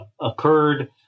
occurred